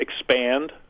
expand